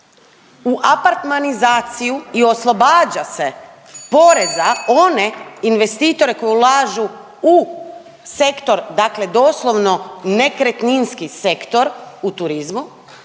u apartmanizaciju i oslobađa se poreza one investitore koji ulažu u sektor dakle doslovno nekretninski sektor u turizmu,